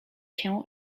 się